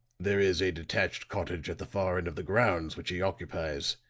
there is a detached cottage at the far end of the grounds which he occupies.